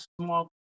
small